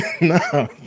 No